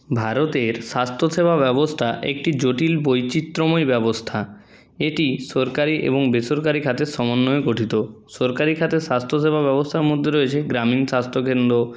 ভারতের স্বাস্থ্যসেবা ব্যবস্থা একটি জটিল বৈচিত্র্যময় ব্যবস্থা এটি সরকারি এবং বেসরকারি খাতের সমন্বয়ে গঠিত সরকারি খাতে স্বাস্থ্যসেবা ব্যবস্থার মধ্যে রয়েছে গ্রামীণ স্বাস্থ্য কেন্দ্র